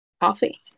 coffee